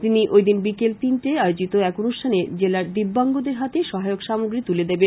তিনি ঐদিন বিকেল তিনটেয় আয়োজিত এক অনুষ্ঠানে জেলার দিব্যাংগদের হাতে সহায়ক সামগ্রী তুলে দেবেন